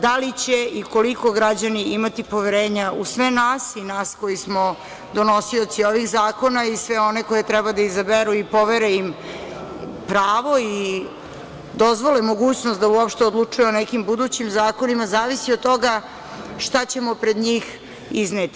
Da li će i koliko građani imati poverenje u sve nas i nas koji smo donosioci ovih zakona i sve one koje treba da izaberu i povere im pravo i dozvole mogućnost da uopšte odlučuju o nekim budućim zakonima, zavisi od toga šta ćemo pred njih izneti.